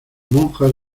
monjas